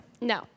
No